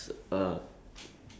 that one outside we can share